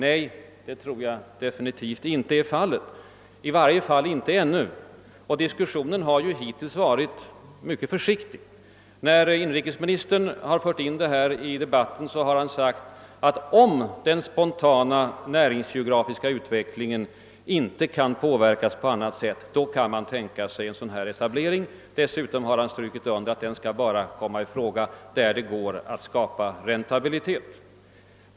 Nej, det tror jag definitivt inte är fallet, åtminstone inte ännu. Diskussionen har ju hittills varit mycket försiktig. När inrikesministern förde in denna fråga i debatten genom att ta upp den i statsverkspropositionen framhöll han ju att »om den spontana näringsgeografiska utvecklingen inte kunde påverkas på annat sätt« man kunde tänka sig en sådan statlig etablering. Dessutom strök han under att detta skulle komma i fråga bara där det gick att skapa räntabilitet.